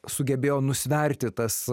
sugebėjo nusverti tas